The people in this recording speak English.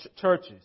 churches